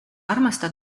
armastad